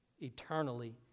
eternally